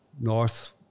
North